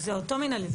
זה אותו מנהלי.